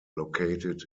located